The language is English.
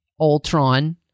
Ultron